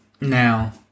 Now